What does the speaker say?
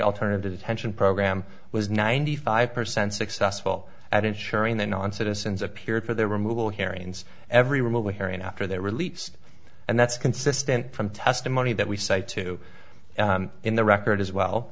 alternative attention program was ninety five percent successful at ensuring that non citizens appeared for their removal hearings every remotely hereon after their release and that's consistent from testimony that we cite to in the record as well